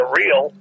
real